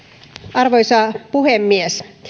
arvoisa puhemies